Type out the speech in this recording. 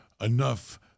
enough